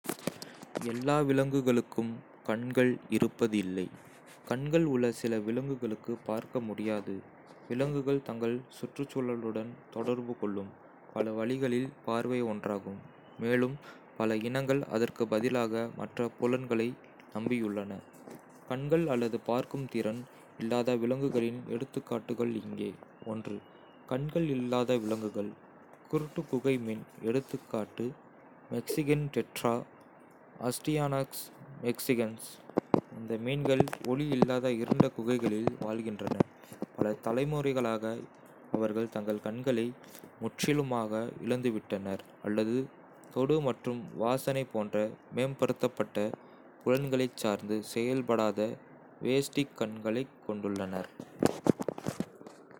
எல்லா விலங்குகளுக்கும் கண்கள் இருப்பதில்லை, கண்கள் உள்ள சில விலங்குகளுக்குப் பார்க்க முடியாது. விலங்குகள் தங்கள் சுற்றுச்சூழலுடன் தொடர்பு கொள்ளும் பல வழிகளில் பார்வை ஒன்றாகும், மேலும் பல இனங்கள் அதற்கு பதிலாக மற்ற புலன்களை நம்பியுள்ளன. கண்கள் அல்லது பார்க்கும் திறன் இல்லாத விலங்குகளின் எடுத்துக்காட்டுகள் இங்கே. கண்கள் இல்லாத விலங்குகள். குருட்டு குகை மீன் எ.கா., மெக்சிகன் டெட்ரா, அஸ்டியானாக்ஸ் மெக்சிகனஸ். இந்த மீன்கள் ஒளி இல்லாத இருண்ட குகைகளில் வாழ்கின்றன. பல தலைமுறைகளாக, அவர்கள் தங்கள் கண்களை முற்றிலுமாக இழந்துவிட்டனர் அல்லது தொடு மற்றும் வாசனை போன்ற மேம்படுத்தப்பட்ட புலன்களைச் சார்ந்து செயல்படாத, வேஸ்டிக் கண்களைக் கொண்டுள்ளனர்.